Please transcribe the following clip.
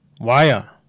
wire